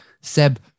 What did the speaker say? Seb